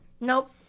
Nope